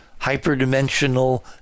hyperdimensional